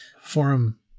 forum